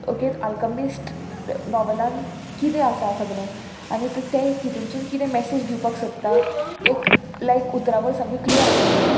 okay alchemist नॉवलान किदें आसा सगलें आनी तें तितूनसून कितें मॅसेज दिवपाक सोदता एक लायक उतरावळ सामकी क्लियर आशिल्ली